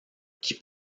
qui